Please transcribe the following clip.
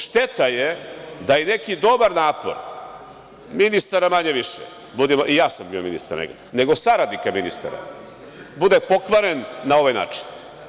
Šteta je da i neki dobar napor, ministara manje-više, i ja sam bio ministar, nego saradnika ministara, bude pokvaren na ovaj način.